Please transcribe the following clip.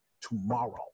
tomorrow